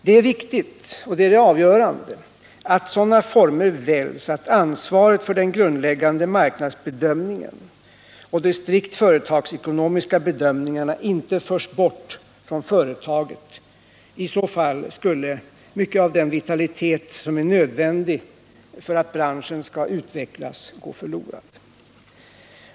Det är viktigt — och det är det avgörande — att sådana former väljs att ansvaret för den grundläggande marknadsbedömningen och de strikt företagsekonomiska bedömningarna inte förs bort från företaget. I så fall skulle mycket av den vitalitet som är nödvändig för branschens utveckling gå förlorad.